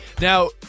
Now